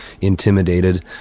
intimidated